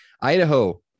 Idaho